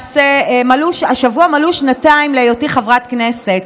השבוע מלאו שנתיים להיותי חברת כנסת.